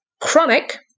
chronic